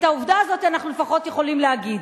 את העובדה הזאת אנחנו לפחות יכולים להגיד.